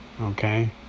Okay